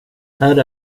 här